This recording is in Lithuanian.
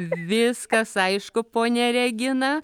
viskas aišku ponia regina